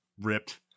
ripped